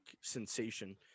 sensation